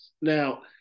Now